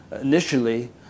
initially